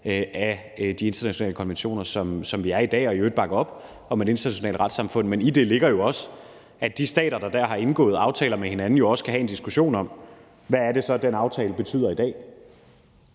de internationale konventioner, som vi er i dag, og i øvrigt bakke op om et internationalt retssamfund. Men i det ligger jo også, at de stater, der har indgået aftaler med hinanden, også skal have en diskussion om, hvad de aftaler så betyder i dag.